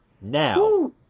now